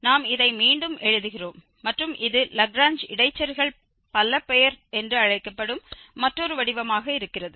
நாம் இதை மீண்டும் எழுதுகிறோம் மற்றும் இது லாக்ரேஞ்ச் இடைச்செருகல் பலபெயர் என்று அழைக்கப்படும் மற்றொரு வடிவமாக இருக்கிறது